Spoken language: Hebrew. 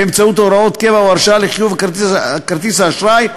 באמצעות הוראת קבע או הרשאה לחיוב כרטיס האשראי,